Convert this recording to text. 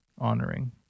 honoring